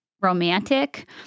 romantic